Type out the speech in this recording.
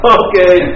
okay